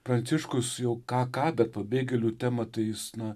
pranciškus jau ką ką bet pabėgėlių temą tai jis a